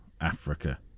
Africa